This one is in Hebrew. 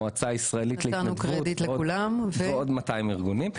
המועצה הישראלית להתמכרות ועוד 200 ארגונים.